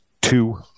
Two